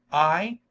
i,